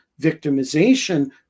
victimization